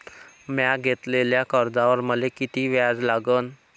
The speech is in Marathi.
म्या घेतलेल्या कर्जावर मले किती व्याज लागन?